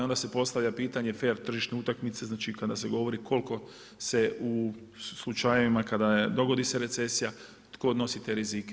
Onda se postavlja pitanje fer tržišne utakmice, znači kada se govori koliko se u slučajevima kada dogodi se recesija, tko nosi te rizike.